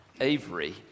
Avery